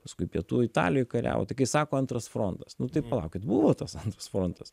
paskui pietų italijoj kariavo tai kai sako antras frontas nu tai palaukit buvo tas antras frontas